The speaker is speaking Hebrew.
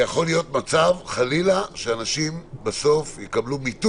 פה זה אומר שאם אני צריך היום,